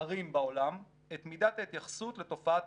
ערים בעולם את מידת ההתייחסות לתופעת